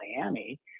Miami